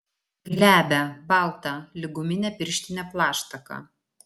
glebią baltą lyg guminė pirštinė plaštaką